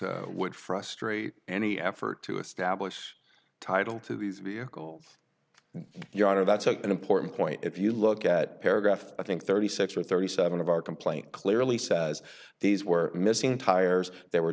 would frustrate any effort to establish title to these vehicles your honor that's an important point if you look at paragraph i think thirty six or thirty seven of our complaint clearly says these were missing tires they were